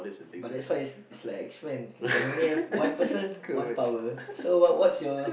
but that side is is like expense you can only have one person one power so what's your